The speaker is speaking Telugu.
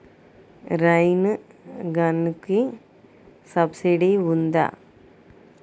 రైన్ గన్కి సబ్సిడీ ఉందా?